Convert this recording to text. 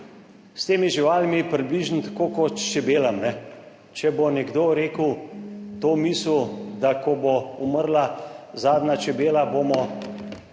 s temi živalmi je približno tako kot čebelam, če bo nekdo rekel to misel, da ko bo umrla zadnja čebela, bomo